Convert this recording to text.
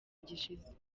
gishize